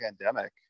pandemic